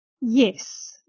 Yes